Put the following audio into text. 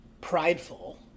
prideful